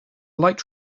light